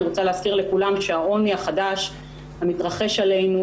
אני רוצה להזכיר לכולם שהעוני החדש המתרחש עלינו